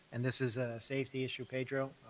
and this is a safety issue, pedro,